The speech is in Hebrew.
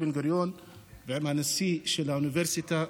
בן-גוריון לנשיא של האוניברסיטה,